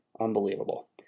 Unbelievable